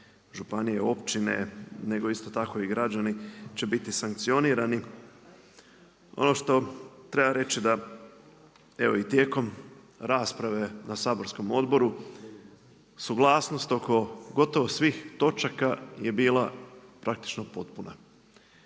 županije, općine, nego isto tako i građani, će biti sankcionirani. Ono što treba reći da evo i tijekom rasprave na saborskom odboru, suglasnost oko gotovo svih točaka je bila praktično potpuna.